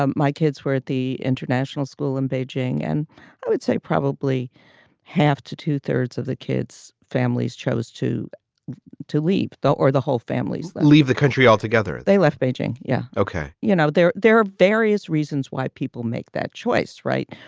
um my kids were at the international school in beijing, and i would say probably half to two thirds of the kids families chose to to leap, though, or the whole families leave the country altogether. they left beijing. yeah, ok. you know, there there are various reasons why people make that choice. right.